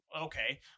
Okay